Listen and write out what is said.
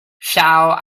shall